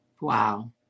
Wow